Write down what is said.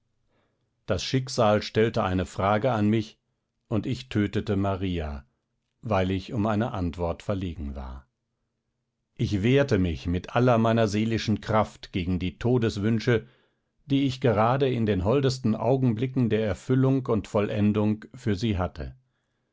das schicksal stellte eine frage an mich und ich tötete maria weil ich um eine antwort verlegen war ich wehrte mich mit aller meiner seelischen kraft gegen die todeswünsche die ich gerade in den holdesten augenblicken der erfüllung und vollendung für sie hatte